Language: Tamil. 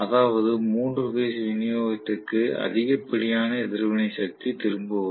அதாவது மூன்று பேஸ் விநியோகத்திற்கு அதிகப்படியான எதிர்வினை சக்தி திரும்ப வரும்